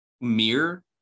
mirror